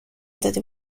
دادی